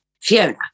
Fiona